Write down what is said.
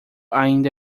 ainda